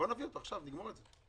בואו נביא את זה עכשיו ונגמור עם זה.